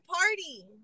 party